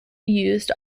used